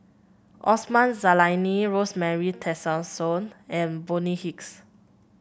Osman Zailani Rosemary Tessensohn and Bonny Hicks